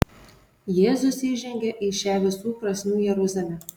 jėzus įžengia į šią visų prasmių jeruzalę